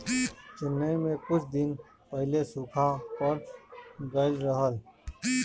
चेन्नई में कुछ दिन पहिले सूखा पड़ गइल रहल